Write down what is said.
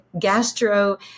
gastro